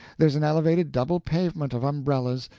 there's an elevated double pavement of umbrellas,